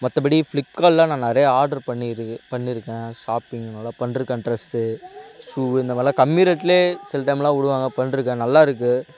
மற்றபடி ஃப்ளிப்கார்ட்டில் நான் நிறைய ஆர்டர் பண்ணிருக்கு பண்ணியிருக்கேன் ஷாப்பிங் எல்லாம் பண்ணிருக்கேன் ட்ரெஸ்ஸு ஷூ இந்தமாதிரிலாம் கம்மி ரேட்டுலயே சில டைம்லாம் விடுவாங்க பண்ணிருக்கேன் நல்லாயிருக்கு